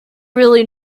really